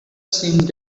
seem